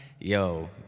yo